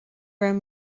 raibh